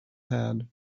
had